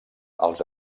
els